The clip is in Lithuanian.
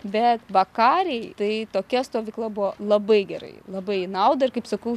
bet vakarei tai tokia stovykla buvo labai gerai labai į naudą ir kaip sakau